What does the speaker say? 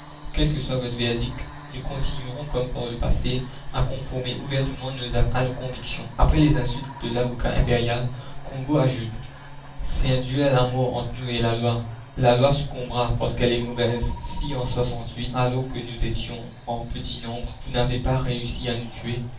quel que soit votre verdict nous continuerons comme par le passé à conformer ouvertement nos actes à nos convictions après les insultes de l'avocat impérial combault ajoute c'est un duel à mort entre nous et la loi la loi succombera parce qu'elle est mauvaise si en alors que nous étions en petit nombre vous n'avez la commune pas réussi à nous tuer